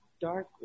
dark